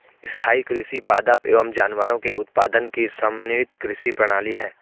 स्थाईं कृषि पादप एवं जानवरों के उत्पादन की समन्वित कृषि प्रणाली है